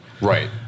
Right